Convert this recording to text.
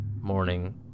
morning